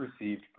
received